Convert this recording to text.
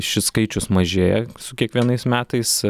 šis skaičius mažėja su kiekvienais metais